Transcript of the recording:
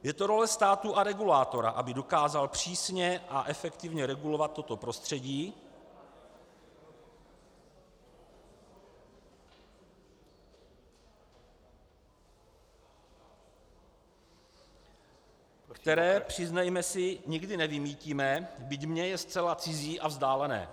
Je to role státu a regulátora, aby dokázal přísně a efektivně regulovat toto prostředí, které, přiznejme si, nikdy nevymýtíme, byť mně je zcela cizí a vzdálené.